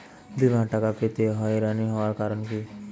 বিমার টাকা পেতে হয়রানি হওয়ার কারণ কি?